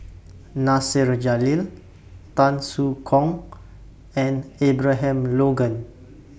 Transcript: Nasir Jalil Tan Soo Khoon and Abraham Logan